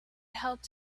helped